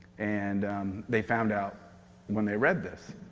and they found out when they read this.